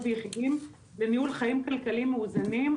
ויחידים לניהול חיים כלכליים מאוזנים,